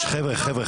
אלכוהול?